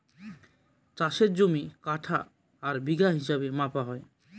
চাষের জমি কাঠা আর বিঘা হিসাবে মাপা হয়